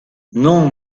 non